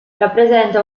rappresenta